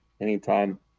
anytime